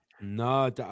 No